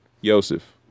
Yosef